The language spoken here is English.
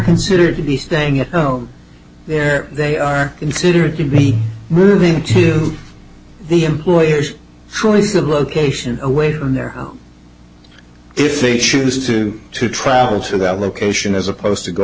considered to be staying at home there they are considered to be moving to the employer's truly good location away from their home if they choose to to travel to that location as opposed to go